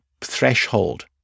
threshold